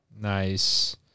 Nice